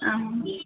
ಹಾಂ ಮ್ಯಾಮ್